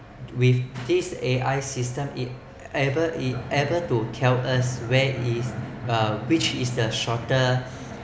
with this A_I system it able it able to tell us where is uh which is the shorter